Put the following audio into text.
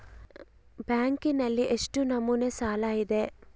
ಬ್ಯಾಂಕಿನಲ್ಲಿ ಎಷ್ಟು ನಮೂನೆ ಸಾಲ ಇದೆ?